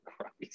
Christ